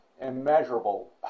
immeasurable